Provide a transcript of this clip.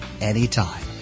anytime